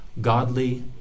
godly